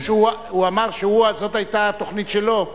הוא אמר שזאת היתה התוכנית שלו.